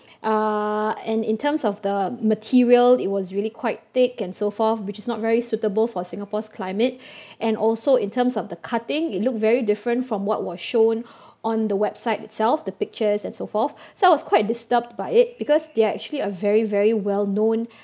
uh and in terms of the material it was really quite thick and so forth which is not very suitable for singapore's climate and also in terms of the cutting it looked very different from what was shown on the website itself the pictures and so forth so I was quite disturbed by it because they are actually a very very well known